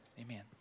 Amen